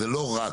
אז זה לא רק,